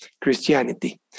Christianity